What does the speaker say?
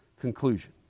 conclusion